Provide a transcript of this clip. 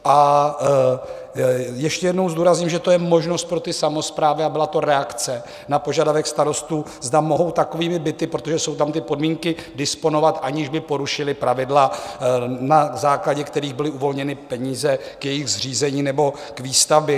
A ještě jednou zdůrazňuji, že to je možnost pro samosprávy a byla to reakce na požadavek starostů, zda mohou takovými byty, protože jsou tam ty podmínky, disponovat, aniž by porušili pravidla, na základě kterých byly uvolněny peníze k jejich zřízení nebo k výstavbě.